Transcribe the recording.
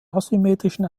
asymmetrischen